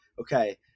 okay